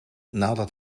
nadat